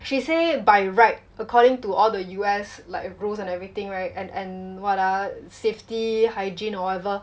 she say by right according to all the U_S like rules and everything right and and what ah safety hygiene or whatever